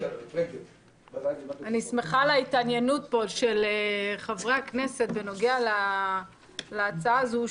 אני שמחה על ההתעניינות פה של חברי הכנסת בנוגע להצעה הזאת,